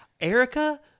Erica